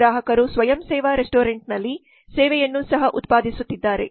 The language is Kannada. ಗ್ರಾಹಕರು ಸ್ವಯಂ ಸೇವಾ ರೆಸ್ಟೋರೆಂಟ್ನಲ್ಲಿ ಸೇವೆಯನ್ನು ಸಹ ಉತ್ಪಾದಿಸುತ್ತಿದ್ದಾರೆ